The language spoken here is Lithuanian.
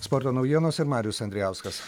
sporto naujienos ir marius andrijauskas